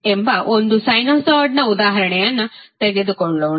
vt12cos 50t10° ಎಂಬ ಒಂದು ಸೈನುಸಾಯ್ಡ್ನ ಉದಾಹರಣೆಯನ್ನು ತೆಗೆದುಕೊಳ್ಳೋಣ